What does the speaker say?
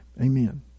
Amen